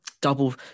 double